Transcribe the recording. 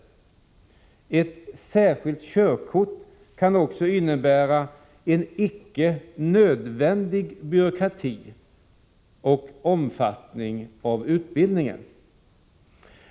Ett särskilt körkort kan också innebära en icke önskvärd byråkrati och en icke nödvändig omfattning av utbildningen.